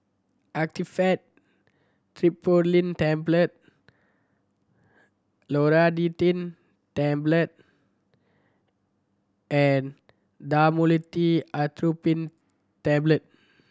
Actifed Triprolidine Tablet Loratadine Tablet and Dhamotil Atropine Tablet